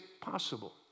possible